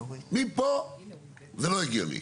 מפה זה לא הגיוני.